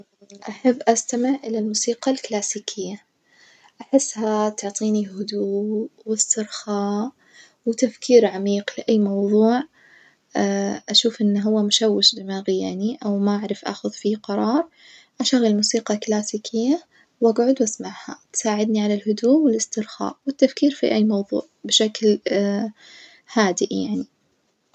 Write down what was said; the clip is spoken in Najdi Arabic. أحب أستمع إلى الموسيقى الكلاسيكية أحسها تعطيني هدوء واسترخاء وتفكير عميق لأي موظوع أشوف إن هو مشوش دماغي يعني أو ما أعرف آخذ فيه قرار، أشغل موسيقى كلاسيكية وأجعد وأسمعها تساعدني على الهدوء والإسترخاء والتفكير في أي موظوع بشكل هادئ يعني.